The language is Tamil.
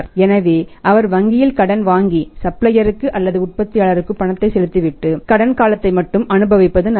எனவே அவர் வங்கியில் கடன் வாங்கி சப்ளையருக்கு அல்லது உற்பத்தியாளருக்கு பணத்தை செலுத்தி விட்டு கடன் காலத்தை மட்டும் அனுபவிப்பது நல்லது